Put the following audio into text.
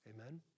Amen